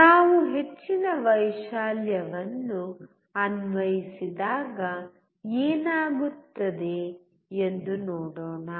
ನಾವು ಹೆಚ್ಚಿನ ವೈಶಾಲ್ಯವನ್ನು ಅನ್ವಯಿಸಿದಾಗ ಏನಾಗುತ್ತದೆ ಎಂದು ನೋಡೋಣ